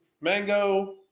mango